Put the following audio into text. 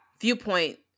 viewpoint